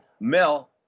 Mel